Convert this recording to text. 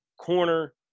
corner